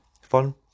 Fun